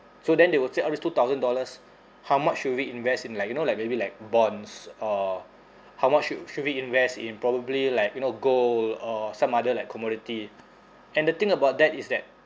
so then they will say all these two thousand dollars how much should we invest in like you know like maybe like bonds or how much should should we invest in probably like you know gold or some other like commodity and the thing about that is that